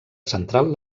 central